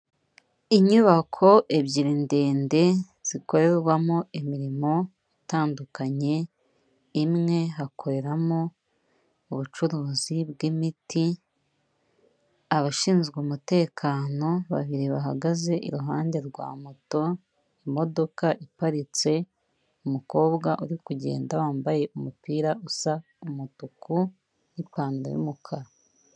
Inyubako ebyiri ndende zikorerwamo imirimo itandukanye imwe hakoreramo ubucuruzi bw'imiti, abashinzwe umutekano babiri bahagaze iruhande rwa moto, imodoka iparitse, umukobwa uri kugenda wambaye umupira usa umutuku n'ipantaro y'umukara.